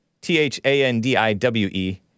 T-H-A-N-D-I-W-E